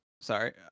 Sorry